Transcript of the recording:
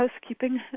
housekeeping